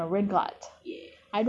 what's the word ah the the the